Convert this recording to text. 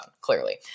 clearly